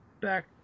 back